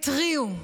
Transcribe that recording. התריעו?